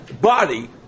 body